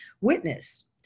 witness